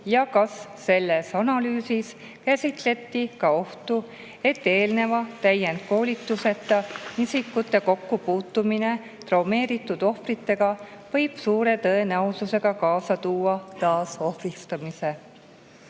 ja kas selles analüüsis käsitleti ka ohtu, et eelneva täiendkoolituseta isikute kokkupuutumine traumeeritud ohvritega võib suure tõenäosusega kaasa tuua taasohvristamise?